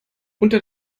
unter